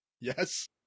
Yes